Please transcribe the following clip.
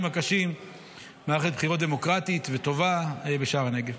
הקשים מערכת בחירות דמוקרטית וטובה בשער הנגב.